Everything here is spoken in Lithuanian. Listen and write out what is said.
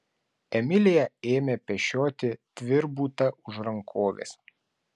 emilija ėmė pešioti tvirbutą už rankovės